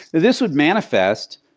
this would manifest,